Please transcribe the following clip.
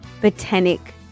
Botanic